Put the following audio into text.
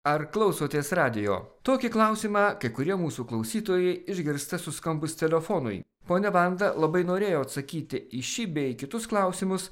ar klausotės radijo tokį klausimą kai kurie mūsų klausytojai išgirsta suskambus telefonui ponia vanda labai norėjo atsakyti į šį bei kitus klausimus